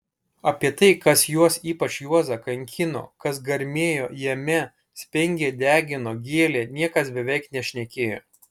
apie tai kas juos ypač juozą kankino kas garmėjo jame spengė degino gėlė niekas beveik nešnekėjo